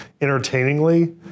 entertainingly